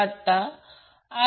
तर हे 36